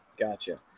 Gotcha